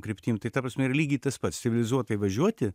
kryptim tai ta prasme yra lygiai tas pats civilizuotai važiuoti